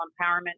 Empowerment